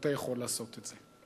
ואתה יכול לעשות את זה.